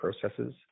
processes